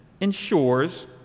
ensures